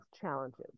challenges